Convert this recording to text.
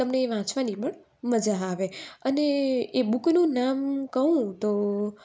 તમને એ વાંચવાની પણ મજા આવે અને એ બુકનું નામ કહું તો